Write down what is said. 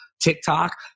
TikTok